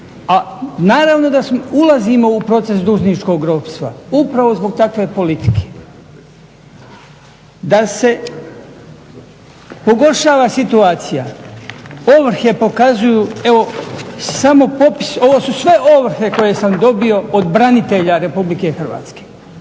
A naravno da ulazimo u proces dužničkog ropstva upravo zbog takve politike. Da se pogoršava situacija, ovrhe pokazuju evo samo popis, ovo su sve ovrhe koje sam dobio od branitelja RH.